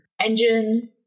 engine